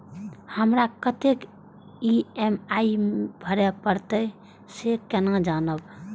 हमरा कतेक ई.एम.आई भरें परतें से केना जानब?